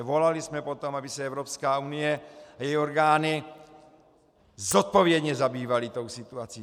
Volali jsme po tom, aby se Evropská unie a její orgány zodpovědně zabývaly tou situací.